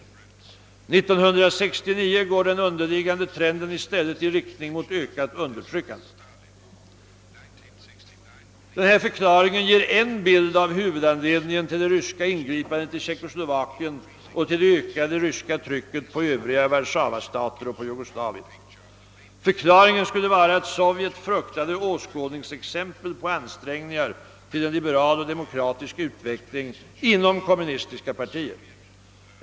1969 går den underliggande trenden i stället i riktning mot ökat undertryckande. Detta förklaringssätt ger en bild av huvudanledningen till det ryska ingripandet i Tjeckoslovakien och till det ökade trycket på övriga Warszawastater och på Jugoslavien. Förklaringen skulle vara att Sovjet fruktar åskådnings exempel på ansträngningar till en liberal och demokratisk utveckling inom kommunistiska partier.